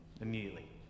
Immediately